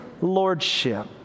lordship